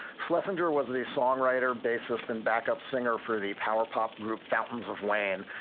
schlesinger was the songwriter, bassist and backup singer for the power pop group fountains of wayne.